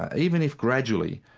ah even if gradually,